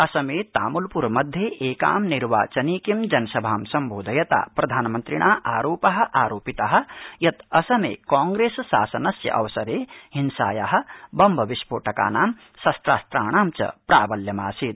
असमेतामुलपुर मध्ये एकां निर्वाचनिकीं जनसभा संबोधयता प्रधानमन्त्रिणा आरोपा आरोपिता यत् असमे कांग्रेस शासनस्य अवसरे हिंसायाबम्ब विस्फोटकानां शस्त्रास्त्राणां च प्राबल्यमासीत्